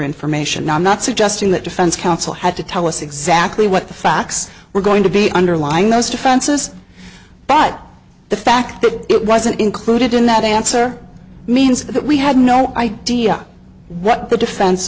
information i'm not suggesting that defense counsel had to tell us exactly what the facts were going to be underlying those defenses but the fact that it wasn't included in that answer means that we had no idea what the defense